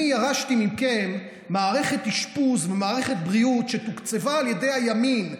אני ירשתי מכם מערכת אשפוז ומערכת בריאות שתוקצבה על ידי הימין,